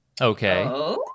Okay